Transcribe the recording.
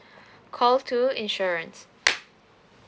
call two insurance